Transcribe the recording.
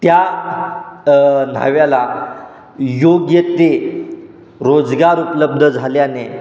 त्या न्हाव्याला योग्य तो रोजगार उपलब्ध झाल्याने